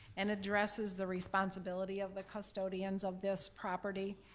and addresses the responsibility of the custodians of this property.